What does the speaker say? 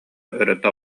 өрө